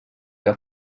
que